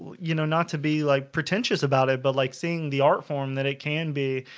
you know not to be like pretentious about it but like seeing the art form that it can be,